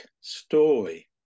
story